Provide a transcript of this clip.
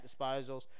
disposals